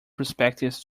perspectives